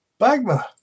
BAGMA